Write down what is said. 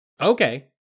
Okay